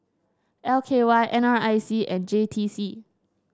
L K Y N R I C and J T C